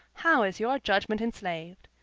how is your judgment enslaved!